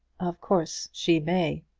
of course she may.